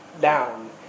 down